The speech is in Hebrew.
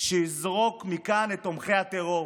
שיזרוק מכאן את תומכי הטרור",